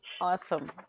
awesome